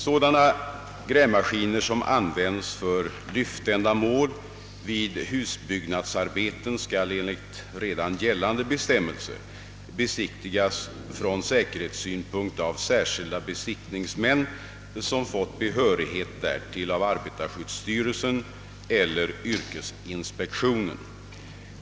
Sådana grävmaskiner som används för lyftändamål vid husbyggnadsarbeten skall enligt redan gällande bestämmelser besiktigas från säkerhetssynpunkt av särskilda besiktningsmän som fått behörighet därtill av arbetarskyddsstyrelsen eller yrkesinspektionen.